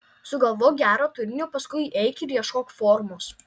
sugalvok gerą turinį paskui eik ir ieškok formos